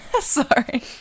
sorry